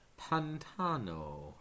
pantano